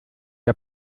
der